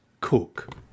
Cook